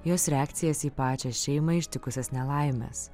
jos reakcijas į pačią šeimą ištikusias nelaimes